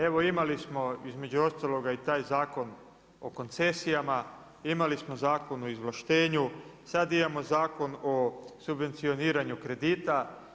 Evo imali smo između ostaloga i taj Zakon o koncesijama, imali smo Zakon o izvlaštenju, sad imamo Zakon o subvencioniranju kredita.